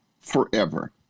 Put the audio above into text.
forever